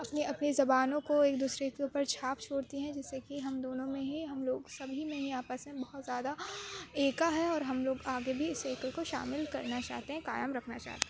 اپنی اپنی زبانوں کو ایک دوسرے کے اوپر چھاپ چھوڑتی ہیں جس سے کہ ہم دونوں میں ہی ہم لوگ سب ہی میں ہی آپس میں بہت زیادہ ایکا ہے اور ہم لوگ آگے بھی ایکے کو شامل کرنا چاہتے ہیں قائم رکھنا چاہتے ہیں